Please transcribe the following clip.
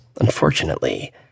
unfortunately